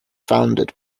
founded